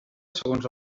segons